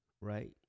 right